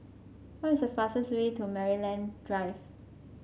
what is the fastest way to Maryland Drive